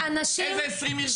איזה 20 ארגונים,